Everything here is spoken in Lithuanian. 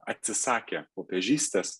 atsisakė popiežystės